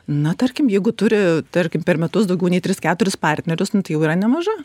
na tarkim jeigu turi tarkim per metus daugiau nei tris keturis partnerius tai jau yra nemaža